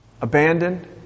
abandoned